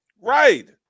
Right